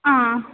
आ